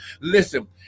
Listen